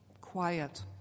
quiet